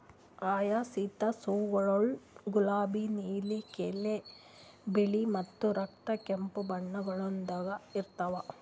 hyacinthus ಹೂವುಗೊಳ್ ಗುಲಾಬಿ, ನೀಲಿ, ಕೆನೆ, ಬಿಳಿ ಮತ್ತ ರಕ್ತ ಕೆಂಪು ಬಣ್ಣಗೊಳ್ದಾಗ್ ಇರ್ತಾವ್